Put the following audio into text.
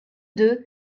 deux